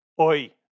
Oi